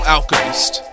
Alchemist